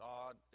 God